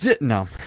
No